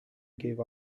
gave